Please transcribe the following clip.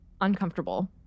uncomfortable